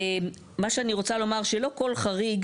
מה שאני רוצה לומר שלא כל חריג,